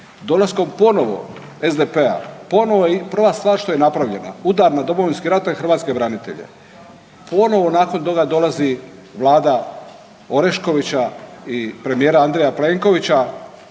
Dolaskom ponovo SDP-a ponovo prva stvar što je napravljena, udar na Domovinski rat tj. hrvatske branitelje, ponovo nakon toga dolazi vlada Oreškovića i premijera Andreja Plenkovića,